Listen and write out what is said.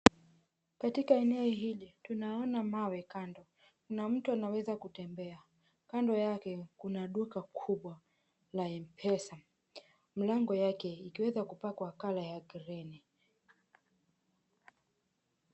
Katika eneo hili tumaona mawe kando na mtu anaweza kutembea. Kando yake kuna duka kubwa la mpesa milango yake ikiweza kupakwa color ya greeni .